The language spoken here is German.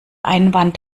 einwand